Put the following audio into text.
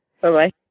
Bye-bye